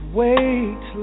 wait